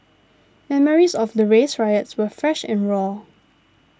memories of the race riots were fresh and raw